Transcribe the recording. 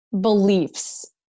beliefs